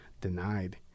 denied